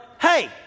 hey